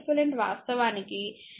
కాబట్టి 1 R eq మనకు 1 R1 1 R2 ఉంది